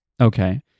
okay